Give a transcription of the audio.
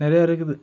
நிறைய இருக்குது